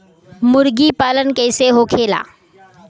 मुर्गी पालन कैसे होखेला?